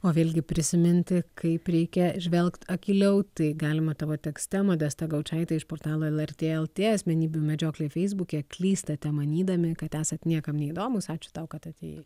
o vėlgi prisiminti kaip reikia įžvelgt akyliau tai galima tavo tekste modesta gaučaitė iš portalo lrt lt asmenybių medžioklė feisbuke klystate manydami kad esat niekam neįdomūs ačiū tau kad atėjai